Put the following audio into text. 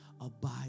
Abide